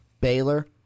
Baylor